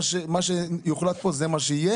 מה שיוחלט פה זה מה שיהיה.